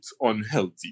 unhealthy